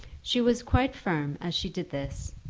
she was quite firm as she did this.